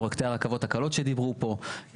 פרויקטי הרכבות הקלות שדיברו פה,